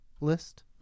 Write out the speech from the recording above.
list